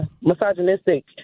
misogynistic